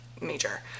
major